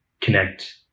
connect